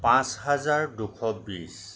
পাঁচ হাজাৰ দুশ বিছ